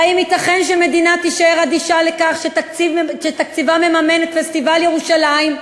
והאם ייתכן שמדינה תישאר אדישה לכך שתקציבה מממן את פסטיבל ירושלים,